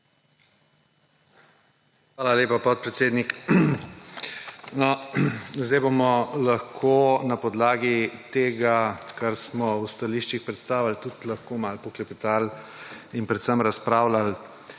Hvala lepa, podpredsednik. No, zdaj bomo lahko na podlagi tega, kar smo v stališčih predstavili, malo poklepetali in predvsem razpravljali